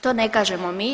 To ne kažemo mi.